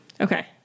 Okay